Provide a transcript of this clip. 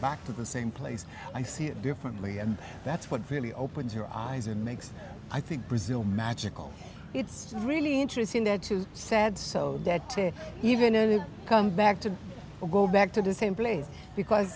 back to the same place i see it differently and that's what really opens your eyes and makes i think brazil magical it's just really interesting there to said so that to even come back to go back to the same place because